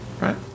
Right